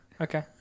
Okay